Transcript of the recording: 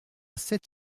sept